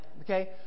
Okay